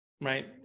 right